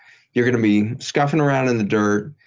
you're going to be scuffing around in the dirt,